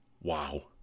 Wow